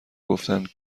گفتن